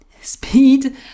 Speed